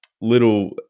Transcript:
little